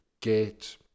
get